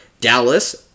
Dallas